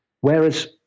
Whereas